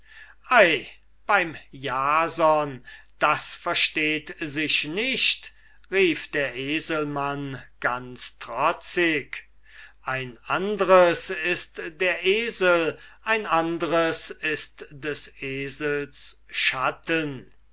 beim jason das versteht sich nicht rief der eselmann ganz trotzig ein anders ist der esel ein anders ist des esels schatten